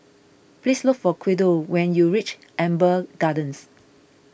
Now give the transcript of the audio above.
please look for Guido when you reach Amber Gardens